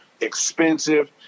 expensive